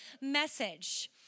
message